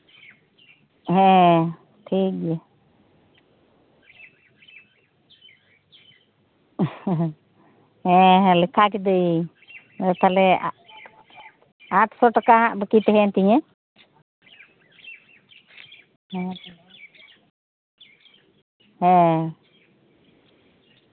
ᱦᱮᱸ ᱴᱷᱤᱠᱜᱮᱭᱟ ᱦᱮᱸ ᱞᱮᱠᱷᱟ ᱠᱤᱫᱟᱹᱧ ᱛᱟᱞᱦᱮ ᱟᱴᱥᱚ ᱴᱟᱠᱟ ᱦᱟᱸᱜ ᱵᱟᱠᱤ ᱛᱟᱦᱮᱸᱭᱮᱱ ᱛᱤᱧᱟᱹ ᱦᱩᱸ ᱦᱮᱸ